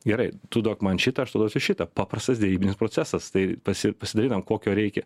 gerai tu duok man šitą aš tau duosiu šitą paprastas derybinis procesas tai pasi pasidalinom kokio reikia